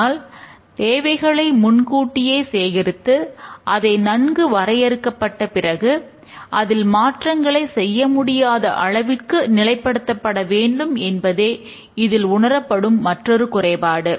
ஆனால் தேவைகளை முன்கூட்டியே சேகரித்து அதை நன்கு வரையறுக்கப்பட்ட பிறகு அதில் மாற்றங்களை செய்ய முடியாத அளவிற்கு நிலைப்படுத்தபட வேண்டும் என்பதே இதில் உணரப்படும் மற்றுமொரு குறைபாடு